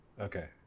Okay